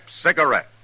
cigarette